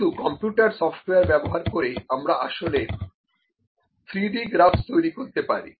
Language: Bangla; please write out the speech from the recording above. কিছু কম্পিউটার সফটওয়্যার ব্যবহার করে আমরা আসলে 3D গ্রাফস তৈরি করতে পারি